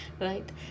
right